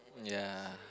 ya